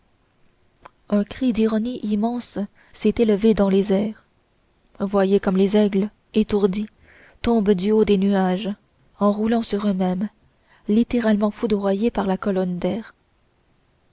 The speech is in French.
un cri d'ironie immense s'est élevé dans les airs voyez comme les aigles étourdis tombent du haut des nuages en roulant sur eux-mêmes littéralement foudroyés par la colonne d'air